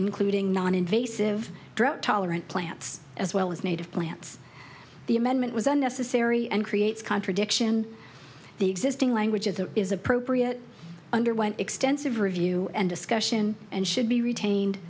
including noninvasive drought tolerant plants as well as native plants the amendment was unnecessary and creates contradiction the existing language of the is appropriate underwent extensive review and discussion and should be retained